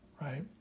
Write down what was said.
right